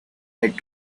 had